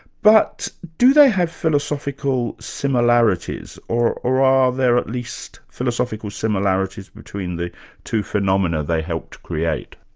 but do they have philosophical similarities, or are ah there at least philosophical similarities between the two phenomena they helped create?